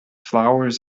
flowers